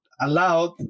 allowed